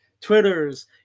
Twitter's